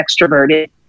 extroverted